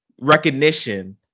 recognition